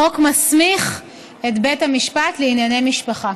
החוק מסמיך את בית המשפט לענייני משפחה.